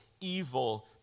evil